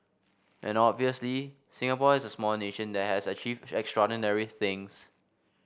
and obviously Singapore is a small nation that has achieved extraordinary things